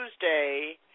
Tuesday